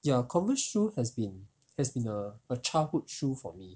ya converse shoe has been has been a a childhood shoe for me